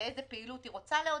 איזה פעילות היא רוצה לעודד,